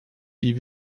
die